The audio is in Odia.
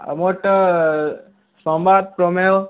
ଆମର୍ଟା ସମ୍ବାଦ ପ୍ରମେୟ